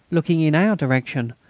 looking in our direction,